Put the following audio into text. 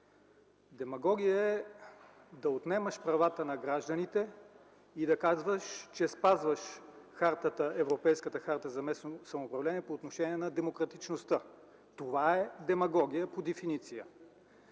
Демагогия е да отнемаш правата на гражданите и да казваш, че спазваш Европейската харта за местно самоуправление по отношение на демократичността. Това е демагогия по дефиниция.